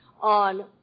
on